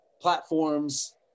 platforms